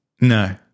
No